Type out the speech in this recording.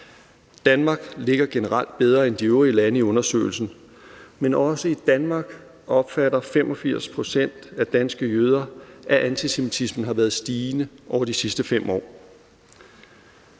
Danmark ligger generelt bedre end de øvrige lande i undersøgelsen, men også i Danmark opfatter 85 pct. af danske jøder, at antisemitismen har været stigende over de sidste 5 år.